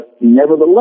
nevertheless